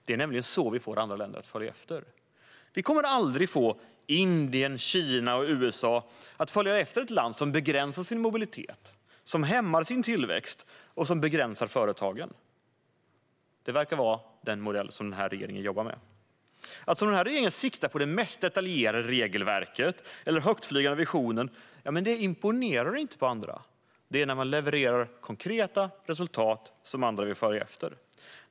Det är på det sättet vi får andra länder att följa efter. Indien, Kina eller USA kommer aldrig att följa efter ett land som begränsar sin mobilitet, hämmar sin tillväxt och begränsar för företagen. Det verkar vara den modellen den här regeringen jobbar med. Den här regeringen siktar på det mest detaljerade regelverket eller högtflygande visionen. Men det imponerar inte på andra. Det är när man levererar konkreta resultat som andra vill följa efter.